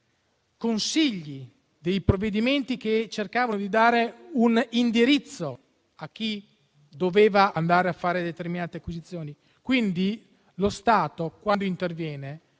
consigli, di provvedimenti che cercavano di dare un indirizzo a chi doveva fare determinate acquisizioni. Quindi lo Stato, quando interviene,